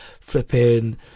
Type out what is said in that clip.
flipping